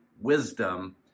wisdom